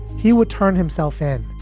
he would turn himself in.